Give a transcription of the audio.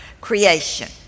creation